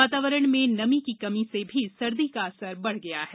वातावरण में नमी की कमी से भी सर्दी का असर बढ गया है